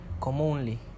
commonly